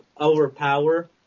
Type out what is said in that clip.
overpower